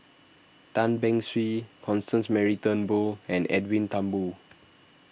Tan Beng Swee Constance Mary Turnbull and Edwin Thumboo